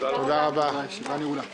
הצבעה בעד, 3 נגד, אין